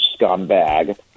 scumbag